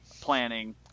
planning